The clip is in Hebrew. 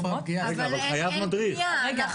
אבל אין פגיעה, אנחנו